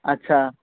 اچھا